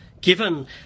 Given